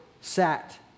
sat